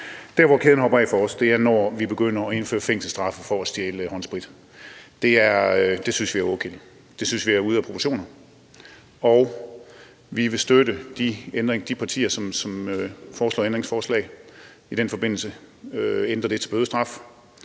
Der, hvor kæden hopper af for os, er, når vi begynder at indføre fængselsstraf for at stjæle håndsprit. Det synes vi er overkill; det synes vi er ude af proportioner. Og vi vil støtte de partier, som foreslår ændringsforslag i den forbindelse, så man ændrer det til bødestraf.